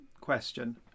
question